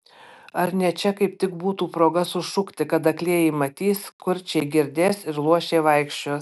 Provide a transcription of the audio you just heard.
ar ne čia kaip tik būtų proga sušukti kad aklieji matys kurčiai girdės ir luošiai vaikščios